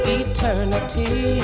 eternity